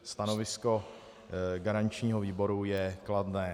Stanovisko garančního výboru je kladné.